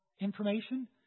information